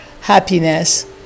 happiness